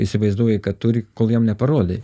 įsivaizduoja kad turi kol jam neparodai